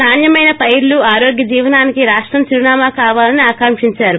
నాణ్యమైన పైర్లు ఆరోగ్య జీవనానికి రాష్టం చిరునామా కావాలని ఆకాంక్షించారు